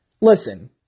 Listen